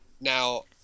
Now